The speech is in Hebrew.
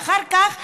ואחר כך באים,